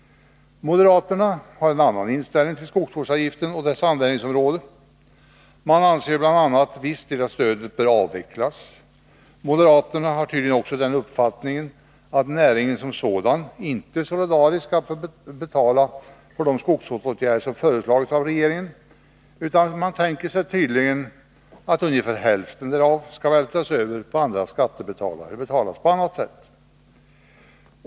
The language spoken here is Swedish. Moderaterna har en annan inställning till skogsvårdsavgiften och dess användningsområde. Man anser ju bl.a. att viss del av stödet bör avvecklas. Moderaterna har tydligen också den uppfattningen att näringen som sådan inte solidariskt skall betala för de skogsvårdsåtgärder som föreslagits av regeringen, utan de tänker sig tydligen att ungefär hälften därav skall vältras över på andra skattebetalare eller betalas på annat sätt.